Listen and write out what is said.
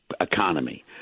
economy